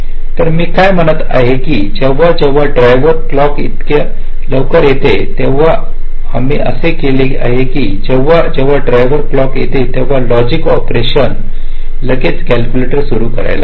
तर मी काय म्हणत आहे की जेव्हा जेव्हा ड्राइवर क्लॉक इतक्या लवकर येते तेव्हा आम्ही असे केले आहे की जेव्हा जेव्हा ड्राइवर क्लॉक येते तेव्हा लॉजिक ऑपरेशन लगेच कॅल्क्युलेटर सुरू करायला हवे